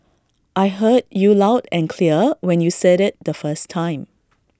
I heard you loud and clear when you said IT the first time